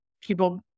people